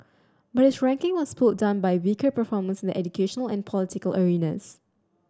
but its ranking was pulled down by weaker performance in the educational and political arenas